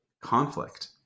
conflict